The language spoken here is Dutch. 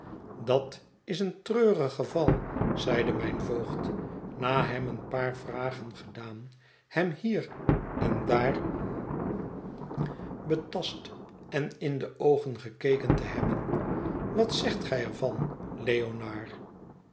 dat is een treurig geval zeide mijn voogd na hem een paar vragen gedaan hem hier en daar betast en in de oogen gekeken te hebben wat zegt gij er van leonard